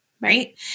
right